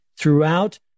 throughout